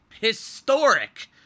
historic